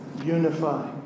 Unify